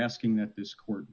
asking that this court